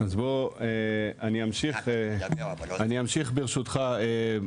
אז אני אמשיך ברשותך,